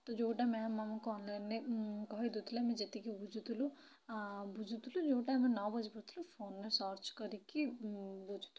ତ ଯୋଉଟା ମ୍ୟାମ୍ ଆମକୁ ଅନଲାଇନ୍ ରେ କହିଦେଉଥିଲେ ଆମେ ଯେତିକି ବୁଝୁଥିଲୁ ବୁଝୁଥିଲୁ ଯୋଉଟା ଆମେ ନ ବୁଝିପାରୁଥିଲୁ ଫୋନ୍ ରେ ସର୍ଚ କରିକି ବୁଝୁଥିଲୁ